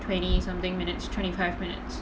twenty something minutes twenty five minutes